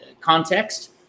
context